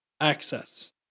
access